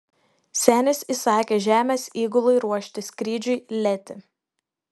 senis įsakė žemės įgulai ruošti skrydžiui letį